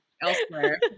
elsewhere